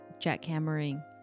jackhammering